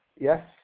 yes